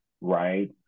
right